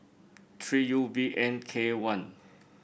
three U V N K one